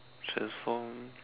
transform